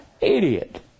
Idiot